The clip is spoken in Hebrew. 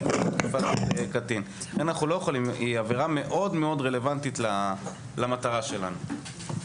היא עבירה מאוד רלוונטית למטרה שלנו.